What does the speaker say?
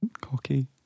cocky